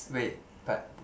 wait but